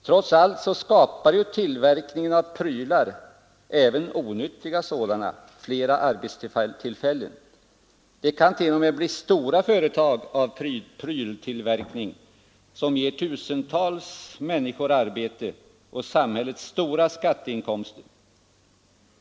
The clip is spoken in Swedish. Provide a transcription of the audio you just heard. Trots allt skapar tillverkningen av prylar, även onyttiga sådana, flera arbetstillfällen. Det kan t.o.m. bli stora företag av pryltillverkning, som ger tusentals människor arbete och samhället stora skatteinkomster.